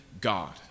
God